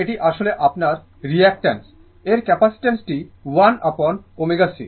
সুতরাং এটি আসলে আপনার রিয়্যাক্ট্যান্ট এর ক্যাপাসিটি 1 আপঅন ω c